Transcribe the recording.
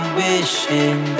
wishing